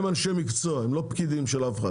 הם אנשי מקצוע, הם לא פקידים של אף אחד.